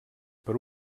per